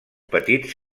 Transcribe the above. petits